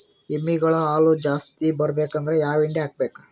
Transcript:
ಎಮ್ಮಿ ಗಳ ಹಾಲು ಜಾಸ್ತಿ ಬರಬೇಕಂದ್ರ ಯಾವ ಹಿಂಡಿ ಹಾಕಬೇಕು?